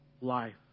life